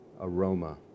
aroma